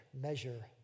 measure